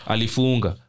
Alifunga